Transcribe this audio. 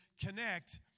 connect